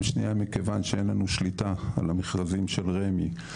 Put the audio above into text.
שניה מכיוון שאין לנו שליטה על המכרזים של רמ"י,